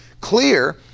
clear